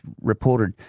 reported